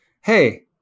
hey